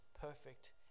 perfect